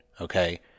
okay